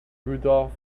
rudolf